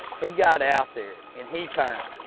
he got out there and he turned.